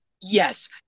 Yes